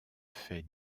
faits